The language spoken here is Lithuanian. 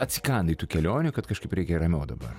atsikandai tų kelionių kad kažkaip reikia ramiau dabar